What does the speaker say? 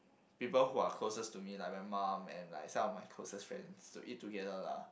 people who are closest to me like my mom and like some of my closest friends to eat together lah